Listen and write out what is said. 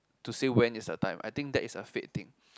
to say when is the time I think that is a fate thing